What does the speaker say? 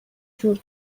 جور